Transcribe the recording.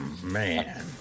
Man